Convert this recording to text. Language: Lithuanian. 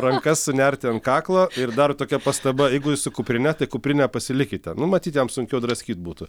rankas sunerti ant kaklo ir dar tokia pastaba jeigu jūs su kuprine tai kuprinę pasilikite nu matyt jam sunkiau draskyt būtų